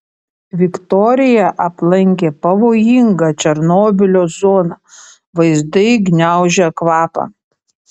viktorija aplankė pavojingą černobylio zoną vaizdai gniaužia kvapą